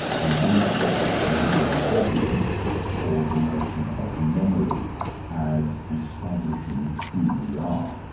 and reid thought this was a real problem for the notion of memory as establishing who we are,